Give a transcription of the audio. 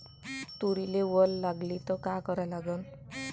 तुरीले वल लागली त का करा लागन?